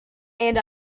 and